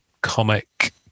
comic